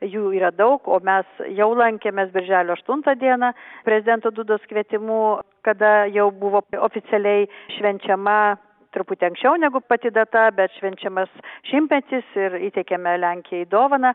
jų yra daug o mes jau lankėmės birželio aštuntą dieną prezidento dudos kvietimu kada jau buvo oficialiai švenčiama truputį anksčiau negu pati data bet švenčiamas šimtmetis ir įteikėme lenkijai dovaną